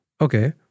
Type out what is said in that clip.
okay